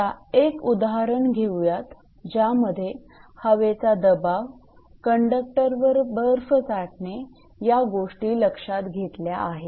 आता एक उदाहरण घेऊयात ज्यामध्ये हवेचा दबाव कंडक्टरवर बर्फ साठणे या गोष्टी लक्षात घेतल्या आहेत